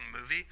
movie